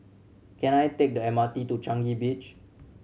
can I take the M R T to Changi Beach